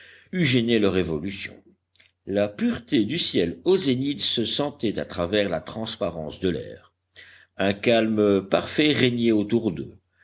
gêné leurs évolutions la pureté du ciel au zénith se sentait à travers la transparence de l'air un calme parfait régnait autour d'eux